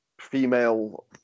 female